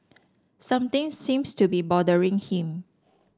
something seems to be bothering him